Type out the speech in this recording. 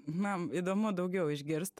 man įdomu daugiau išgirst